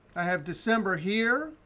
i have december here,